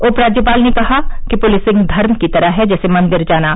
उप राज्यपाल ने कहा कि पुलिसिंग धर्म की तरह है जैसे मंदिर जाना